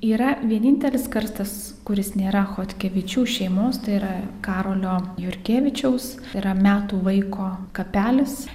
yra vienintelis karstas kuris nėra chodkevičių šeimos tai yra karolio jurkėvičiaus yra metų vaiko kapelis